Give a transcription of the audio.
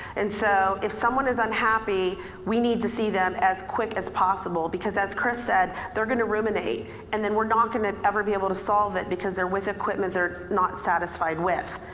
and so if someone is unhappy we need to see them as quick as possible because, as chris said, they're gonna ruminate and then we're not gonna ever be able to solve it because they're with equipment they're not satisfied with.